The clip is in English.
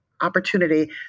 opportunity